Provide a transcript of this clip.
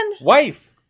Wife